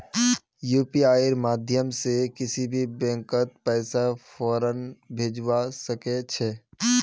यूपीआईर माध्यम से किसी भी बैंकत पैसा फौरन भेजवा सके छे